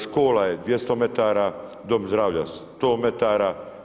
Škola je 200 metara, Dom zdravlja 100 metara.